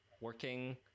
Working